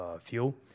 fuel